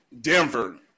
Denver